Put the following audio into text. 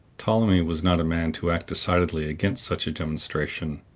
ptolemy was not a man to act decidedly against such a demonstration,